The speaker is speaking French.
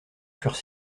furent